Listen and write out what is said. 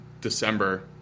December